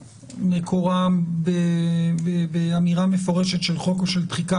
מקורה באמירה מפורשת של חוק ושל תחיקה.